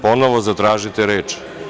Ponovo zatražite reč.